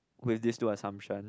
with these two assumptions